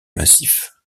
massif